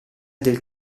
del